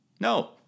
No